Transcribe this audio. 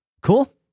Cool